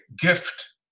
gift